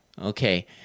Okay